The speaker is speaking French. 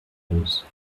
roses